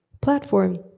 platform